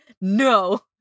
no